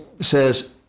says